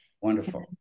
Wonderful